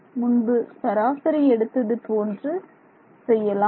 நாம் முன்பு சராசரி எடுத்தது போன்று செய்யலாம்